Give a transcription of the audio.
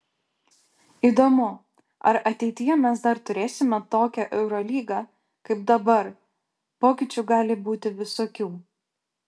įdomu ar ateityje mes dar turėsime tokią eurolygą kaip dabar pokyčių gali būti visokių